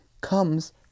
comes